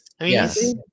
Yes